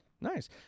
Nice